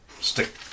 Stick